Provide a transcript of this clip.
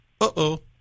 uh-oh